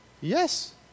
Yes